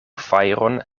fajron